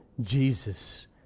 Jesus